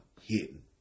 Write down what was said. Hitting